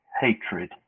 hatred